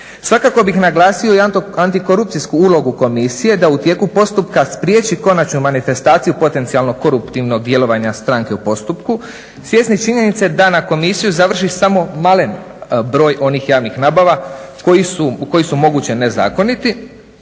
Svakako bih naglasio i antikorupcijsku ulogu Komisije da u tijeku postupka spriječi konačnu manifestaciju potencijalnog koruptivnog djelovanja u postupku, svjesni činjenice na na Komisiji završi samo malen broj onih javnih nabava koji su moguće nezakoniti,